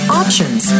options